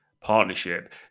partnership